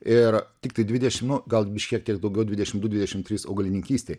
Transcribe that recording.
ir tiktai dvidešim nu gal biškį šiek tiek daugiau dvidešim du dvidešim trys augalininkystei